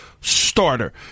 starter